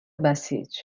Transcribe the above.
بسیج